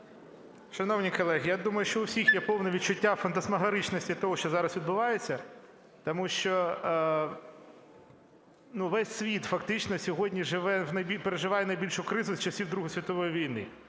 Шановні колеги, я думаю, що у всіх є повне відчуття фантасмагоричності того, що зараз відбувається, тому що ну весь світ фактично сьогодні живе, переживає найбільшу кризу з часів Другої світової війни.